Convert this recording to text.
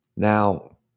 Now